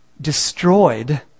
destroyed